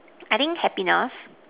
I think happiness